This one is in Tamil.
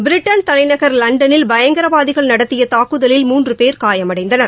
பிரிட்டன் தலைநகர் லன்டனில் பயங்கரவாதிகள் நடத்திய தாக்குதலில் மூன்று பேர் காயமடைந்தாரகள்